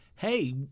hey